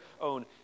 own